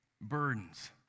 Burdens